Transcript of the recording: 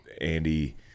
Andy